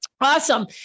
Awesome